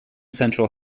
central